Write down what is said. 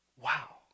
Wow